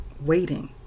waiting